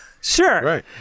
Sure